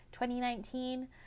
2019